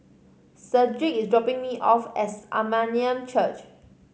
Sedrick is dropping me off at Armenian Church